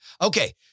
Okay